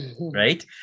right